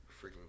freaking